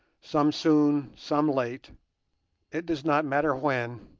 some soon, some late it does not matter when,